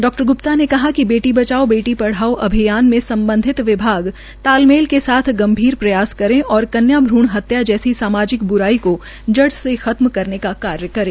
डा ग्प्ता ने कहा कि बेटी बचाओं बेटी बचाओ अभियान में सम्बधित विभाग तालमेल के साथ गंभीर प्रयास करे और कन्या भूण हत्या जैसी सामाजिक ब्राई को जड़ी से खत्म करने का कार्य करे